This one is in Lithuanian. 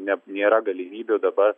ne nėra galimybių dabar